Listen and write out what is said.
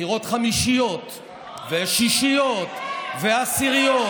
בחירות חמישיות ושישיות ועשיריות,